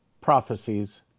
Prophecies